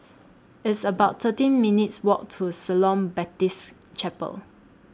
It's about thirteen minutes' Walk to Shalom Baptist Chapel